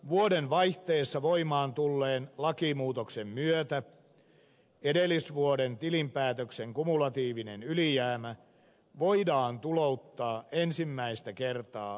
vuodenvaihteessa voimaan tulleen lakimuutoksen myötä edellisvuoden tilinpäätöksen kumulatiivinen ylijäämä voidaan tulouttaa ensimmäistä kertaa kokonaisuudessaan